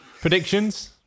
Predictions